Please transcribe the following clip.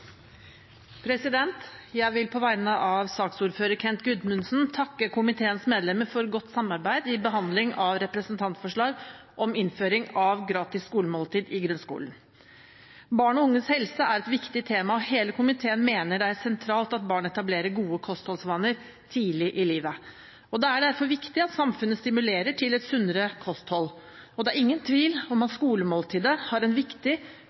Jeg vil på vegne av saksordføreren, Kent Gudmundsen, takke komiteens medlemmer for godt samarbeid i behandlingen av representantforslaget om innføring av gratis skolemåltid i grunnskolen. Barn og unges helse er et viktig tema, og hele komiteen mener det er sentralt at barn etablerer gode kostholdsvaner tidlig i livet. Det er derfor viktig at samfunnet stimulerer til et sunnere kosthold. Det er ingen tvil om at skolemåltidet har en viktig